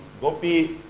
Gopi